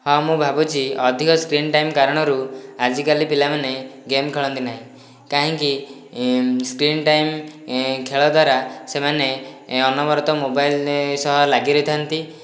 ହଁ ମୁଁ ଭାବୁଛି ଅଧିକ ସ୍କ୍ରିନ୍ ଟାଇମ୍ କାରଣରୁ ଆଜିକାଲି ପିଲାମାନେ ଗେମ୍ ଖେଳନ୍ତି ନାହିଁ କାହିଁକି ସ୍କ୍ରୀନ୍ ଟାଇମ୍ ଖେଳ ଦ୍ୱାରା ସେମାନେ ଅନବରତ ମୋବାଇଲ୍ ସହ ଲାଗି ରହିଥାନ୍ତି